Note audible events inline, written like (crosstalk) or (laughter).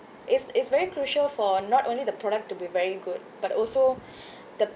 it's it's very crucial for not only the product to be very good but also (breath) the